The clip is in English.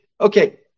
okay